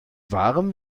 warm